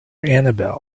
annabelle